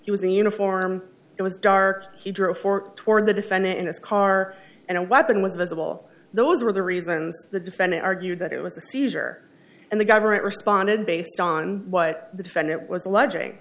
he was in uniform it was dark he drove four toward the defendant in his car and a weapon was visible those were the reasons the defendant argued that it was a seizure and the government responded based on what the defendant was alleging